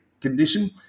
condition